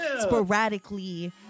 Sporadically